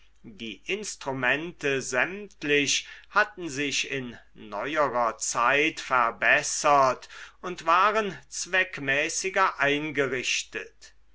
die instrumente sämtlich hatten sich in neuerer zeit verbessert und waren zweckmäßiger eingerichtet